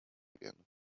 again